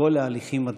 כל ההליכים הדרושים.